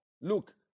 look